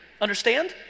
understand